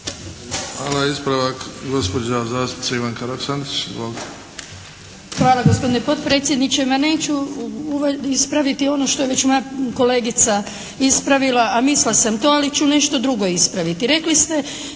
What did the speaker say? Hvala. Ispravak, gospođa zastupnica Ivanka Roksandić.